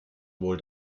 wohl